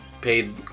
paid